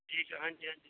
ਜੀ ਜ ਹਾਂਜੀ ਹਾਂਜੀ